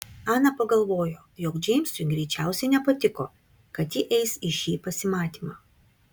ana pagalvojo jog džeimsui greičiausiai nepatiko kad ji eis į šį pasimatymą